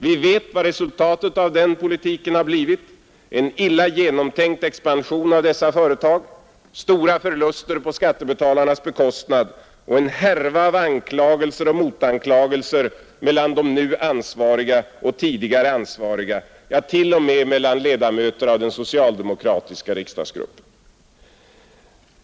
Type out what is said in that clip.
Vi vet vad resultatet av den politiken har blivit — en illa genomtänkt expansion av dessa företag, stora förluster på skattebetalarnas bekostnad och en härva av anklagelser och motanklagelser mellan de nu ansvariga och tidigare ansvariga, ja, t.o.m. mellan ledamöter av den socialdemokratiska riksdagsgruppen.